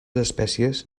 espècies